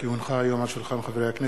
כי הונחה היום על שולחן הכנסת,